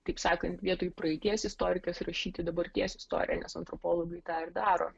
kaip sakant vietoj praeities istorijos rašyti dabarties istoriją nes antropologai tą ir daro